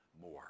more